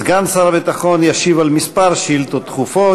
סגן שר הביטחון ישיב על כמה שאילתות דחופות.